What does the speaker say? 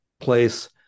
place